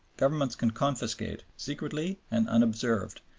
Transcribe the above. governments can confiscate, secretly and unobserved,